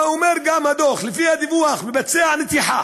מה אומר גם הדוח, לפי דיווח מבצע הנתיחה,